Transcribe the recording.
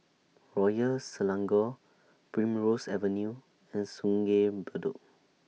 Royal Selangor Primrose Avenue and Sungei Bedok